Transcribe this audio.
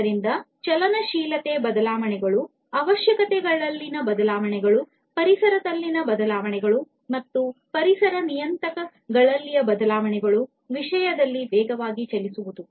ಆದ್ದರಿಂದ ಚಲನಶೀಲತೆ ಬದಲಾವಣೆಗಳು ಅವಶ್ಯಕತೆಗಳಲ್ಲಿನ ಬದಲಾವಣೆಗಳು ಪರಿಸರದಲ್ಲಿನ ಬದಲಾವಣೆಗಳು ಮತ್ತು ಪರಿಸರ ನಿಯತಾಂಕಗಳಲ್ಲಿನ ಬದಲಾವಣೆಗಳ ವಿಷಯದಲ್ಲಿ ವೇಗವಾಗಿ ಚಲಿಸುವುದು